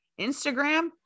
Instagram